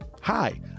Hi